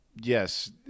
yes